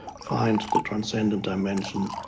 find the transcendent dimension,